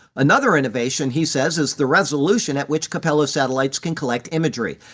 another innovation, he says, is the resolution at which capella's satellites can collect imagery.